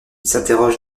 s’interroge